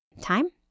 time